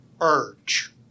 urge